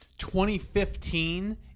2015